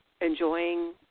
enjoying